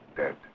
dead